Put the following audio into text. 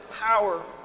power